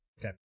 Okay